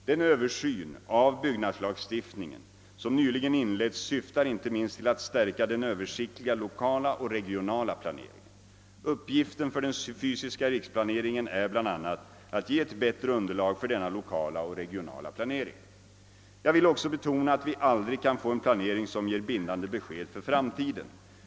Den översyn av byggnadslagstiftningen som nyligen inletts syftar inte minst till att stärka den översiktliga lokala och regionala planeringen. Uppgiften för den fysiska riksplaneringen är bl.a. att ge ett bättre underlag för denna lokala och regionala planering. Jag vill också betona att vi aldrig kan få en planering som ger bindande besked för framtiden.